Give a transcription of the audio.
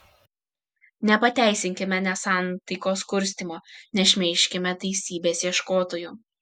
nepateisinkime nesantaikos kurstymo nešmeižkime teisybės ieškotojų